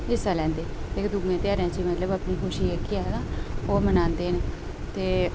हिस्सा लैंदे ते इक दूए ध्यारें च मतलब अपनी खुशी जेह्की ऐ तां ओह् मनांदे न ते